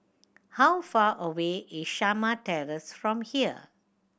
how far away is Shamah Terrace from here